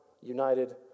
united